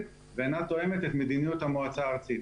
ואינה תואמת את מדיניות המועצה הארצית.